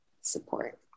support